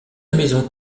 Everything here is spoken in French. maison